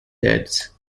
goods